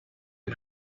les